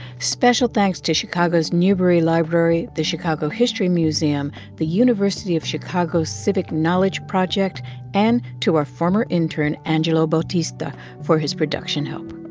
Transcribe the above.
special thanks to chicago's newberry library, the chicago history museum, the university of chicago's civic knowledge project and to our former intern angelo bautista for his production help.